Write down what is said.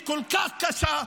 היא כל כך קשה,